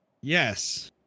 Yes